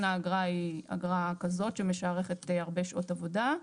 האגרה היא אגרה כזאת שמשערכת הרבה שעות עבודה.